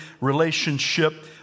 relationship